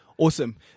Awesome